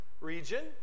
region